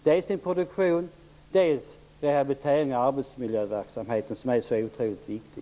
Det gäller dels produktionen, dels rehabiliterings och arbetsmiljöverksamheten, som är så otroligt viktig.